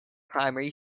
primarily